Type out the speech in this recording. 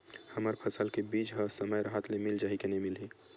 हमर फसल के बीज ह समय राहत ले मिल जाही के नी मिलही?